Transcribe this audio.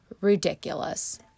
ridiculous